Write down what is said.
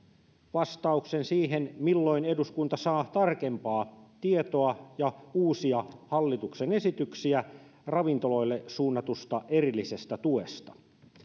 vastauksen siihen milloin eduskunta saa tarkempaa tietoa ja uusia hallituksen esityksiä ravintoloille suunnatusta erillisestä tuesta